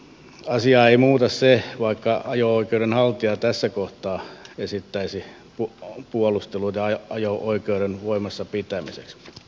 asiaa ei muuta se vaikka ajo oikeuden haltija tässä kohtaa esittäisi puolusteluja ajo oikeuden voimassa pitämiseksi